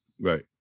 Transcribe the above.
right